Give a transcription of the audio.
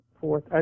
fourth